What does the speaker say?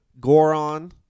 Goron